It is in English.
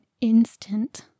instant